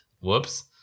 Whoops